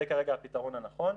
זה כרגע הפתרון הנכון.